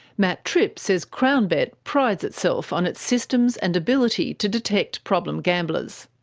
matt tripp says crownbet prides itself on its systems and ability to detect problem gamblers.